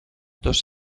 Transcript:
dos